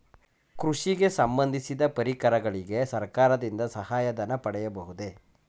ಕೃಷಿಗೆ ಸಂಬಂದಿಸಿದ ಪರಿಕರಗಳಿಗೆ ಸರ್ಕಾರದಿಂದ ಸಹಾಯ ಧನ ಪಡೆಯಬಹುದೇ?